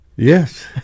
Yes